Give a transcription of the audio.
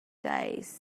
days